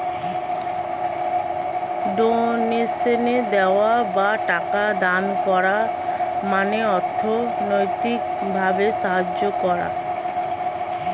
ডোনেশনে দেওয়া বা টাকা দান করার মানে অর্থনৈতিক ভাবে সাহায্য করা